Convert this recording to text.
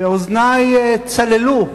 ואוזני צללו לרגע.